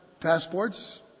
passports